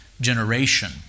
generation